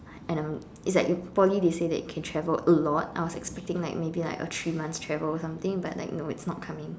and I'm it's like in Poly they say that you can travel a lot I was expecting like maybe like a three months travel or something but like no it's not coming